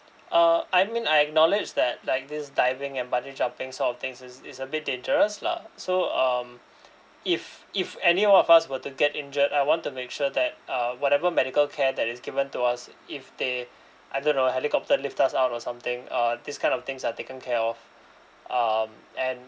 uh I mean I acknowledge that like this diving and bungee jumping sort of things is is a bit dangerous lah so um if if any of us were to get injured I want to make sure that uh whatever medical care that is given to us if they I don't know helicopter lift us out or something uh these kind of things are taken care of um and